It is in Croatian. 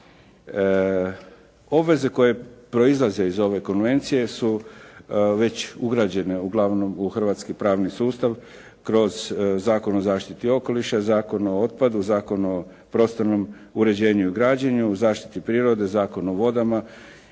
Obveze koje proizlaze iz ove konvencije su već ugrađene uglavnom u hrvatski pravni sustav kroz Zakon o zaštiti okoliša, Zakon o otpadu, Zakon o prostornom uređenju i građenju, zaštiti prirode, Zakon o vodama